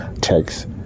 text